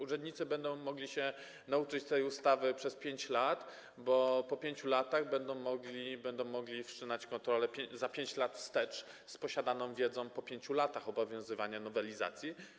Urzędnicy będą mogli się nauczyć tej ustawy przez 5 lat, bo po 5 latach będą mogli wszczynać kontrolę za 5 lat wstecz z posiadaną wiedzą po 5 latach obowiązywania nowelizacji.